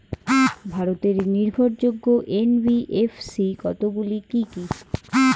ভারতের নির্ভরযোগ্য এন.বি.এফ.সি কতগুলি কি কি?